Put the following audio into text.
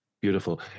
Beautiful